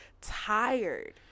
tired